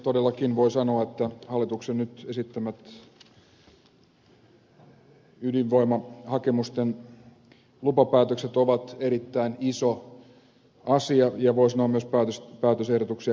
todellakin voi sanoa että hallituksen nyt esittämät ydinvoimahakemusten lupapäätökset ovat erittäin iso asia ja voi sanoa myös päätösehdotuksia historiallisiksi